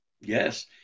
Yes